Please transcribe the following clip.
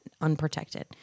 unprotected